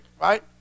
right